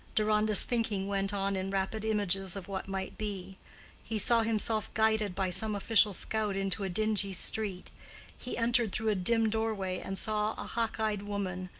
deronda's thinking went on in rapid images of what might be he saw himself guided by some official scout into a dingy street he entered through a dim doorway, and saw a hawk-eyed woman,